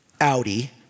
Audi